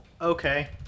Okay